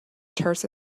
terse